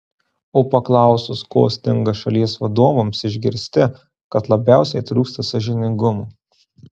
o paklausus ko stinga šalies vadovams išgirsti kad labiausiai trūksta sąžiningumo